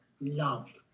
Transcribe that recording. love